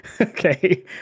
Okay